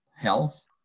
health